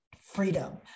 freedom